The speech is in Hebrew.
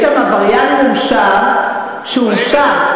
יש שם עבריין מורשע, שהורשע,